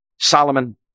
solomon